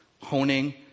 Honing